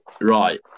Right